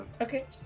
Okay